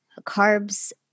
carbs